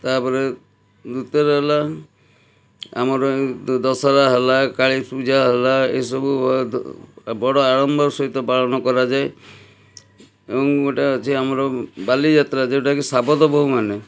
ତା'ପରେ ଦ୍ୱତୀୟରେ ହେଲା ଆମର ଦ ଦଶହରା ହେଲା କାଳୀପୂଜା ହେଲା ଏଇସବୁ ବଡ଼ ଆଡ଼ମ୍ବର ସହିତ ପାଳନ କରାଯାଏ ଏବଂ ଗୋଟେ ଅଛି ଆମର ବାଲିଯାତ୍ରା ଯେଉଁଟାକି ସାବତ ବୋହୁମାନେ